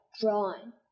drawing